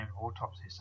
autopsy